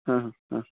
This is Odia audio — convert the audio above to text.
ହଁ ହଁ ହଁ